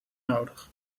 nodig